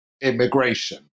immigration